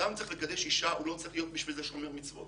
אדם שצריך לקדש אישה לא צריך להיות בשביל זה שומר מצוות.